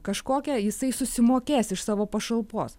kažkokią jisai susimokės iš savo pašalpos